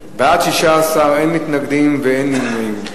בעד, 16, אין מתנגדים ואין נמנעים.